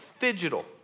Fidgetal